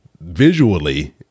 visually